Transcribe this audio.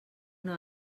una